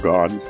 God